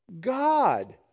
God